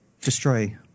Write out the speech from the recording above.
destroy